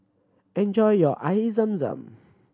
enjoy your Air Zam Zam